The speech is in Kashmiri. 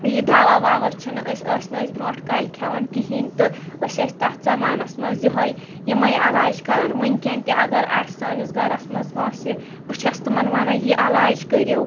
یہِ دوا وَوا چھِنہٕ أسۍ ٲسۍ نہٕ أسۍ برٛونٛٹھ کالۍ کھیٚوان کِہیٖنۍ تہٕ أسۍ ٲسۍ تَتھ زَمانَس منٛز یِہٲے یِمٔے علاج کران وُنٛکیٚن تہِ اَگر آسہِ سٲنِس گھرَس منٛز کٲنسہِ بہٕ چھَس تِمَن وَنان یہِ علاج کٔرِو